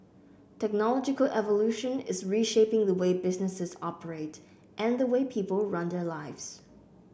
technological evolution is reshaping the way businesses operate and the way people run their lives